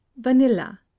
Vanilla